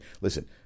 Listen